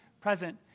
present